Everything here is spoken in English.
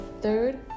third